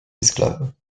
esclave